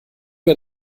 wir